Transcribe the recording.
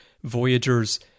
Voyagers